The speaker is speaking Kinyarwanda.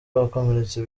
abakomeretse